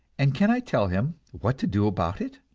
and can i tell him what to do about it?